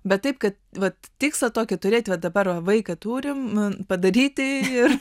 bet taip kad vat tikslą tokį turėti va dabar vaiką turim padaryti ir